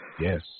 Yes